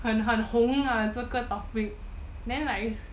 很很红啊这个 topic